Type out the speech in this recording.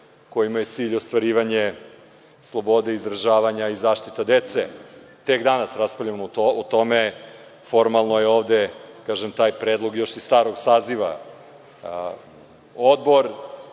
kojima je cilj ostvarivanje slobode izražavanja i zaštita dece. Tek danas raspravljamo o tome. Formalno je ovde taj predlog još iz starog saziva. Odbor,